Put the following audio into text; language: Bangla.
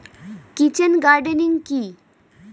কিচেন গার্ডেনিং কি?